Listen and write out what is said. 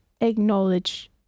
acknowledge